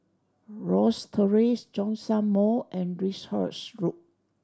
Rosyth Terrace Zhongshan Mall and Lyndhurst Road